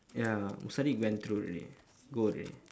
ya musadiq went through already go already